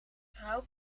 vrouw